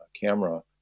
camera